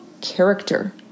character